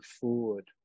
forward